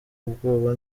ubwoba